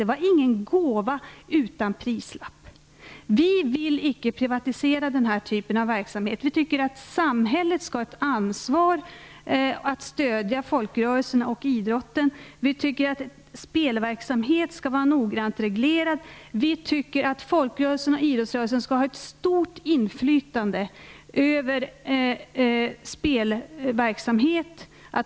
Det var ingen gåva utan prislapp. Vi vill inte privatisera den här typen av verksamhet. Samhället skall ta ansvar och stödja folkrörelserna och idrotten. Vi tycker att spelverksamhet skall vara noggrant reglerad. Vi tycker att folkrörelsen och idrottsrörelsen skall ha ett stort inflytande på spelverksamhet.